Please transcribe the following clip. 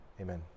Amen